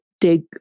dig